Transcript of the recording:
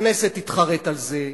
הכנסת תתחרט על זה,